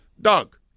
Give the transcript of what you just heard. Doug